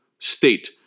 state